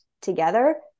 together